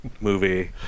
movie